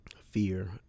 fear